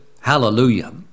Hallelujah